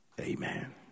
Amen